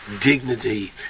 dignity